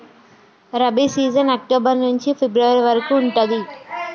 rabi season October నుంచి February వరకు ఉంటది